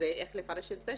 איך לפרש את זה,